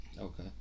Okay